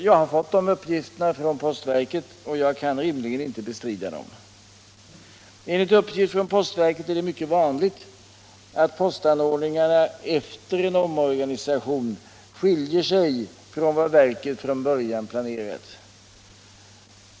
Jag har fått de uppgifterna från postverket, och jag kan inte rimligen bestrida dem. Enligt uppgift från postverket är det mycket vanligt att postanordningarna efter en omorganisation skiljer sig från vad verket från början planerat.